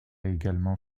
également